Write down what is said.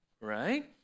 right